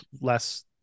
less